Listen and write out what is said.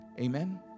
Amen